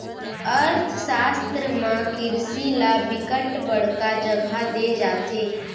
अर्थसास्त्र म किरसी ल बिकट बड़का जघा दे जाथे